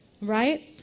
Right